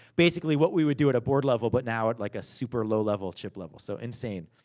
basically, what we would do at a board level, but now at like a super low level, chip level. so, insane.